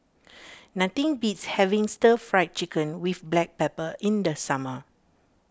nothing beats having Stir Fry Chicken with Black Pepper in the summer